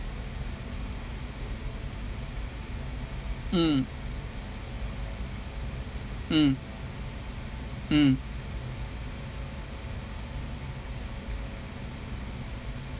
mm mm mm